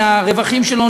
מהרוווחים שלו,